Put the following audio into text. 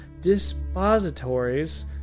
dispositories